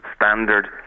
Standard